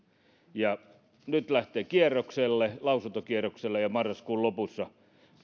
nyt se lähtee lausuntokierrokselle marraskuun lopussa